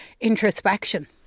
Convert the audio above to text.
introspection